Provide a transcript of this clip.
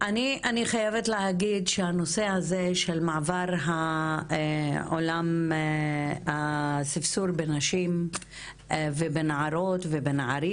אני חייבת להגיד שהנושא הזה של מעבר עולם הספסור בנשים ובנערות ובנערים